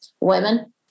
women